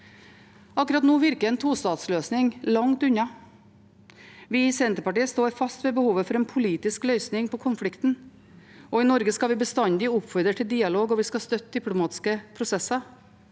Akkurat nå virker en tostatsløsning langt unna. Vi i Senterpartiet står fast på behovet for en politisk løsning på konflikten. I Norge vil vi bestandig oppfordre til dialog og støtte diplomatiske prosesser,